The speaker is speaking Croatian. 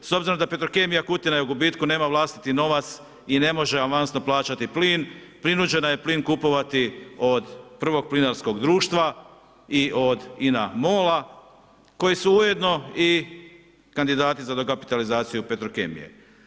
S obzirom da je Petrokemija Kutina je na gubitku, nema vlastiti novac i ne može avansno plaćati plin, prinuđena je plin kupovati od prvog plinskog društva i od INA MOL koji su ujedinio i kandidati za dokapitalizaciju petrokemije.